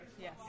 Yes